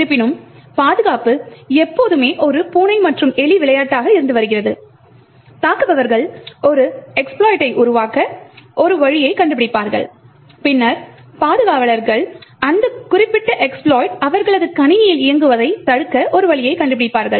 இருப்பினும் பாதுகாப்பு எப்போதுமே ஒரு பூனை மற்றும் எலி விளையாட்டாக இருந்து வருகிறது தாக்குபவர்கள் ஒரு எஸ்பிலோய்டை உருவாக்க ஒரு வழியைக் கண்டுபிடிப்பார்கள் பின்னர் பாதுகாவலர்கள் அந்த குறிப்பிட்ட எஸ்பிலோய்ட் அவர்களது கணினியில் இயங்குவதைத் தடுக்க ஒரு வழியைக் கண்டுபிடிப்பார்கள்